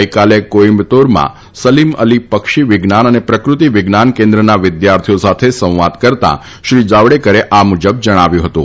ગઇકાલે કોઇમ્બત્રમાં સલીમ અલી પક્ષી વિજ્ઞાન અને પ્રકૃતિ વિજ્ઞાન કેન્દ્રના વિદ્યાર્થીઓ સાથે સંવાદ કરતા શ્રી જાવડેકરે આ મુજબ જણાવ્યું હતું